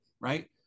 right